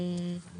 תיקון